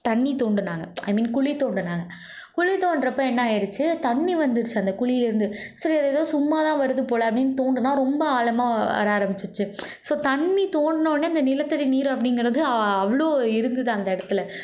தண்ணி தோண்டினாங்க I mean குழி தோண்டினாங்க குழி தோண்டுகிறப்ப என்ன ஆகிடிச்சு தண்ணி வந்துடுச்சு அந்த குழியிலேருந்து சரி அது ஏதோ சும்மா தான் வருது போல் அப்படின்னு தோண்டினா ரொம்ப ஆழமாக வர ஆரம்பிச்சுடுச்சி ஸோ தண்ணி தோண்டின வுன்னே அந்த நிலத்தடி நீர் அப்படிங்கிறது அவ்வளோ இருந்தது அந்த இடத்துல